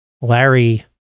Larry